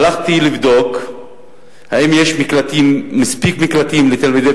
הלכתי לבדוק אם יש מספיק מקלטים לתלמידי